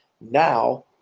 Now